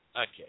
Okay